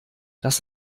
das